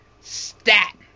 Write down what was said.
stat